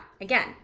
again